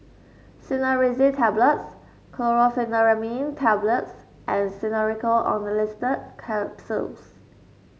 Cinnarizine Tablets Chlorpheniramine Tablets and Xenical Orlistat Capsules